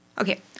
okay